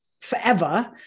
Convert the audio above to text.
forever